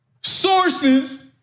sources